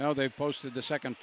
now they posted the second